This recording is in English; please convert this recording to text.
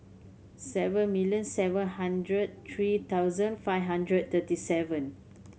seven million seven hundred three thousand five hundred thirty seven